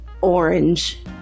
orange